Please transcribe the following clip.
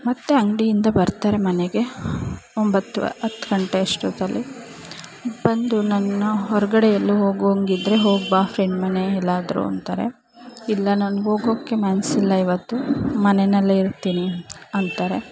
ಮತ್ತು ಅಂಗಡಿಯಿಂದ ಬರ್ತಾರೆ ಮನೆಗೆ ಒಂಬತ್ತು ಹತ್ತು ಗಂಟೆ ಅಷ್ಟೊತ್ತಲ್ಲಿ ಬಂದು ನನ್ನ ಹೊರಗಡೆ ಎಲ್ಲೂ ಹೋಗುವಂಗಿದ್ದರೆ ಹೋಗಿ ಬಾ ಫ್ರೆಂಡ್ ಮನೆ ಎಲ್ಲಾದರೂ ಅಂತಾರೆ ಇಲ್ಲ ನನ್ಗೆ ಹೋಗೊಕ್ಕೆ ಮನಸ್ಸಿಲ್ಲ ಇವತ್ತು ಮನೆಯಲ್ಲೆ ಇರ್ತೀನಿ ಅಂತಾರೆ